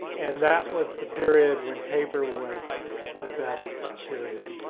and that was the period when paper was the best period.